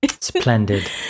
splendid